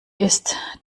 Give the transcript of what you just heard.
ist